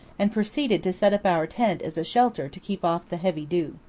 and proceeded to set up our tent as a shelter to keep off the heavy dew.